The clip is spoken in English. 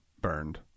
burned